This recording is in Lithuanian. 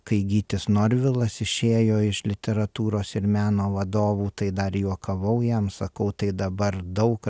kai gytis norvilas išėjo iš literatūros ir meno vadovų tai dar juokavau jam sakau tai dabar daug